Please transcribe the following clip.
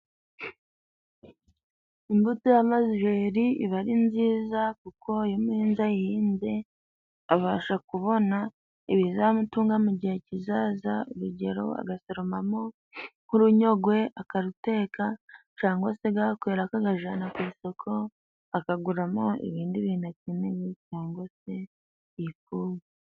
Imbuto y'amajeri iba ari nziza kuko iyo umuhinzi ayihinze abasha kubona ibizamutunga mu gihe kizaza, urugero agasoromamo nk'urunyogwe akaruteka, cangwa se gakwera akagajana ku isoko akaguramo ibindi bintu akeneye cyangwa se yifuza.